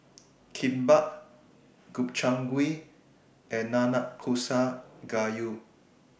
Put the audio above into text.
Kimbap Gobchang Gui and Nanakusa Gayu